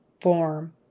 form